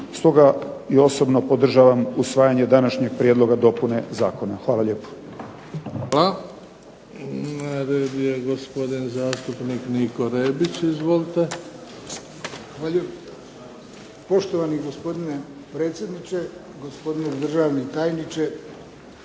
Stoga i osobno podržavam usvajanje današnjeg prijedloga dopune zakona. Hvala lijepa.